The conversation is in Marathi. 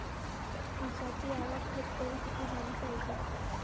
ऊसाची आवक हेक्टरी किती झाली पायजे?